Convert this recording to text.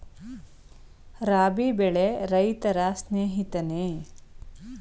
ರಾಬಿ ಬೆಳೆ ರೈತರ ಸ್ನೇಹಿತನೇ?